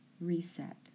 reset